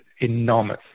enormous